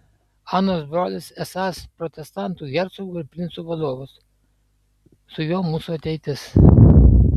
anos brolis esąs protestantų hercogų ir princų vadovas su juo mūsų ateitis